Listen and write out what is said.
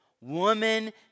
woman